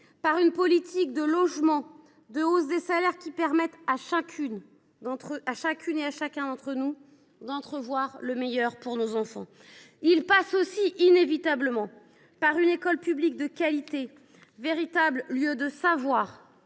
par une politique de hausse des salaires qui permette à chacune et à chacun d’entre nous d’entrevoir le meilleur pour ses enfants. Il passe aussi, inévitablement, par une école publique de qualité, véritable lieu de savoir